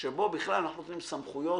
שבו בכלל אנחנו נותנים סמכויות,